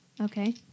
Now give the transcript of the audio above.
Okay